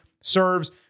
serves